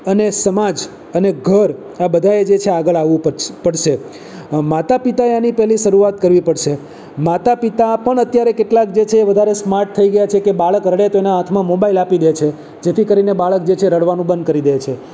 અને સમાજ અને ઘર આ બધાએ જે છે આગળ આવવું પડશે પડશે માતાપિતાએ આની પહેલી શરૂઆત કરવી પડશે માતાપિતા પણ અત્યારે કેટલાક જે છે વધારે સ્માર્ટ થઈ ગયા છે કે બાળક રડે તો એના હાથમાં મોબાઈલ આપી દે છે જેથી કરીને બાળક જે છે એ રડવાનું બંધ કરી દે છે